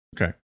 okay